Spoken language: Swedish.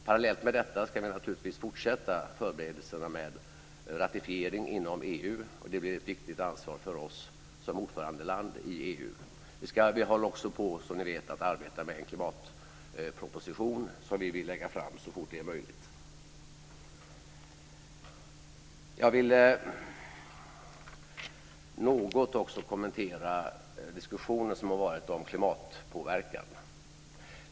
Parallellt med detta ska vi naturligtvis fortsätta förberedelserna med ratificering inom EU. Det blir ett viktigt ansvar för oss som ordförandeland i EU. Vi håller också på, som ni vet, att arbeta med en klimatproposition som vi vill lägga fram så fort det är möjligt. Jag vill något också kommentera diskussionen som har varit om klimatpåverkan.